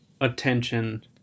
attention